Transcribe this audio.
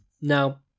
Now